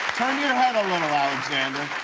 turn your head a little, alexander.